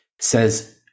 says